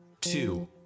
two